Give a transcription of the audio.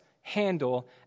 handle